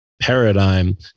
paradigm